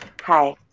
Hi